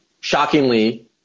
Shockingly